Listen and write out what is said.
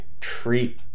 treat